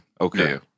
Okay